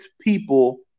people